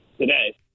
today